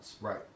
Right